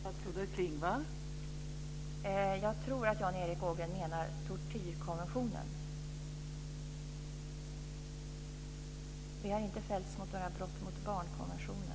Fru talman! Jag tror att Jan Erik Ågren menar tortyrkonventionen. Vi har inte fällts för några brott mot barnkonventionen.